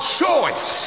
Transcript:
choice